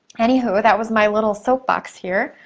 any hoo, that was my little soapbox here.